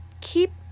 keep